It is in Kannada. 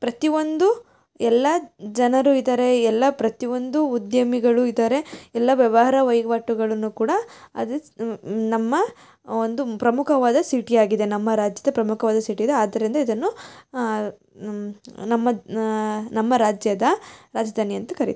ಪ್ರತಿ ಒಂದು ಎಲ್ಲ ಜನರು ಇದ್ದಾರೆ ಎಲ್ಲ ಪ್ರತಿ ಒಂದು ಉದ್ಯಮಿಗಳು ಇದ್ದಾರೆ ಎಲ್ಲ ವ್ಯವಹಾರ ವಹಿವಾಟುಗಳನ್ನು ಕೂಡ ಅದೇ ನಮ್ಮ ಒಂದು ಪ್ರಮುಖವಾದ ಸಿಟಿಯಾಗಿದೆ ನಮ್ಮ ರಾಜ್ಯದ ಪ್ರಮುಖವಾದ ಸಿಟಿಯಿದೆ ಆದ್ದರಿಂದ ಇದನ್ನು ನಮ್ಮ ನಮ್ಮ ರಾಜ್ಯದ ರಾಜಧಾನಿ ಅಂತ ಕರಿ